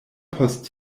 post